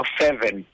seven